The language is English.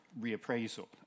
reappraisal